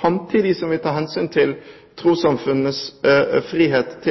samtidig som vi tar hensyn til trossamfunnenes frihet